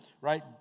right